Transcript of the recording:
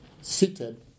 seated